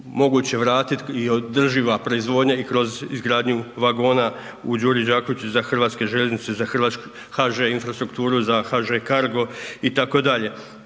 moguće vratiti i održiva proizvodnja i kroz izgradnju vagona u Đuri Đakoviću za Hrvatske željeznice za HŽ Infrastrukturu za HŽ Cargo itd.